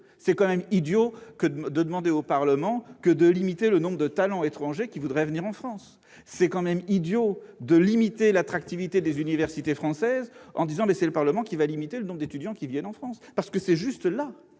c'est quand même idiot de demander au Parlement de limiter le nombre de talents étrangers qui voudraient venir en France ; c'est quand même idiot de limiter l'attractivité des universités françaises en laissant le Parlement limiter le nombre d'étudiants venant en France. Je le répète,